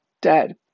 Dad